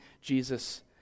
Jesus